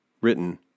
written